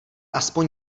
aspoň